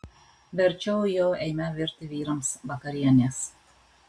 verčiau jau eime virti vyrams vakarienės